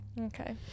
okay